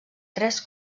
tres